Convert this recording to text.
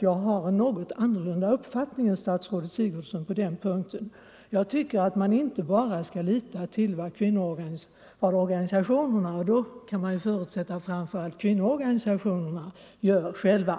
Jag har en annorlunda uppfattning än statsrådet Sigurdsen på den punkten. Jag tycker att man inte bara skall lita till vad organisationerna — och då kan man förutsätta framför allt kvinnoorganisationerna — gör själva.